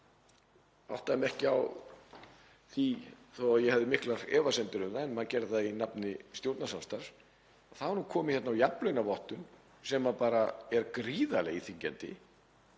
áttaði mig ekki á því þó að ég hefði miklar efasemdir um það en maður gerði það í nafni stjórnarsamstarfs. Það var nú komið hérna á jafnlaunavottun sem er gríðarlega íþyngjandi